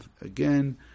again